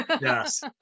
Yes